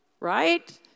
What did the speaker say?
right